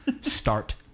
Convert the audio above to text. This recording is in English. Start